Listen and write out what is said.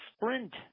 sprint